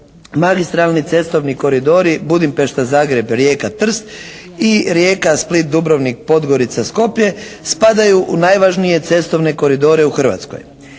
magistralni cestovni koridori Budimpešta-Zagreb-Rijeka-Trst i Rijeka-Split-Dubrovnik-Podgorica-Skopje spadaju u najvažnije cestovne koridore u Hrvatskoj.